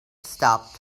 stopped